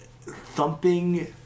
thumping